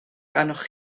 arnoch